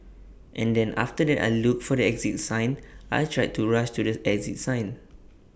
and then after that I looked for the exit sign and tried to rush to the exit sign